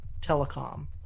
telecom